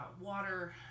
water